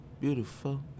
beautiful